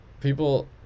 People